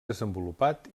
desenvolupat